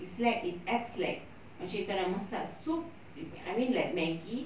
is like it acts like macam bila you nak masak soup with I mean like maggi